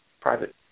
private